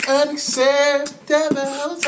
unacceptable